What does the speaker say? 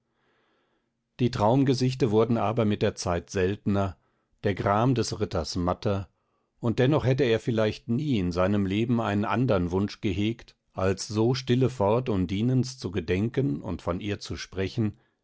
die traumgesichte wurden aber mit der zeit seltner der gram des ritters matter und dennoch hätte er vielleicht nie in seinem leben einen andern wunsch gehegt als so stille fort undinens zu gedenken und von ihr zu sprechen